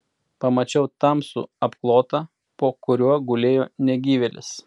pamačiau tamsų apklotą po kuriuo gulėjo negyvėlis